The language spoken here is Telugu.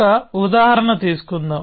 ఒక ఉదాహరణ తీసుకుందాం